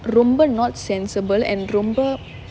ரொம்ப:romba not sensible and ரொம்ப:romba